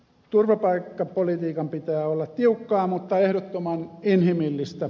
turvapaikkapolitiikan pitää olla tiukkaa mutta ehdottoman inhimillistä